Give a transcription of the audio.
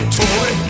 toy